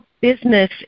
Business